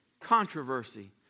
controversy